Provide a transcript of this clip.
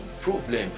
problem